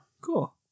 Cool